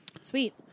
Sweet